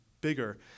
bigger